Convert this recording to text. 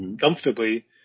comfortably